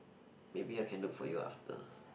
maybe I can look for you after